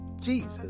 Jesus